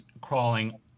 crawling